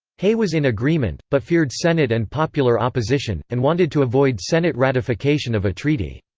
hay was in agreement, but feared senate and popular opposition, and wanted to avoid senate ratification of a treaty.